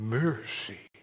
mercy